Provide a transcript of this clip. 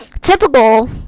typical